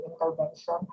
intervention